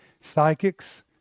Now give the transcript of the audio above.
Psychics